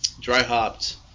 dry-hopped